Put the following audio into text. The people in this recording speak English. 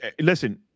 Listen